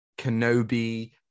Kenobi